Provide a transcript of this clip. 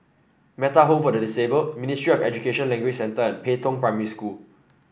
Metta Home for the Disabled Ministry of Education Language Centre and Pei Tong Primary School